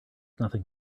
nothing